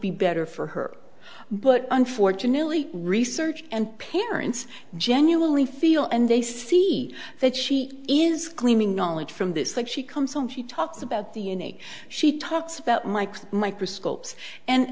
be better for her but unfortunately research and parents genuinely feel and they see that she is claiming knowledge from this like she comes home she talks about the in a she talks about mike's microscopes and